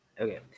Okay